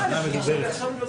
אחרת בכיוון הזה של כסף מול כסף.